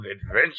adventure